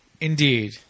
Indeed